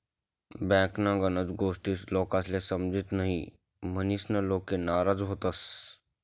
बँकन्या गनच गोष्टी लोकेस्ले समजतीस न्हयी, म्हनीसन लोके नाराज व्हतंस